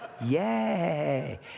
Yay